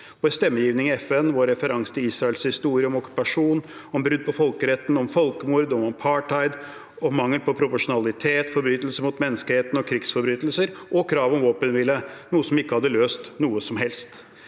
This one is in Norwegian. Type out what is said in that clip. – i stemmegivningen i FN, vår referanse til Israels historie om okkupasjon, om brudd på folkeretten, om folkemord, om apartheid, om mangel på profesjonalitet, forbrytelser mot menneskeheten, krigsforbrytelser og kravet om våpenhvile, noe som ikke hadde løst noe som helst.